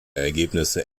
ergebnisse